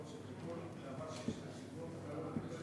האמת היא שכשאני שמעתי את דברי